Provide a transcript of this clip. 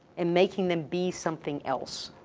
and making them be something else.